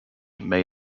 may